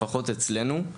לפחות אצלנו,